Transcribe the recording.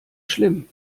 schlimm